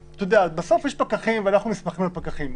בסוף, יש פקחים ואנחנו נסמכים על פקחים.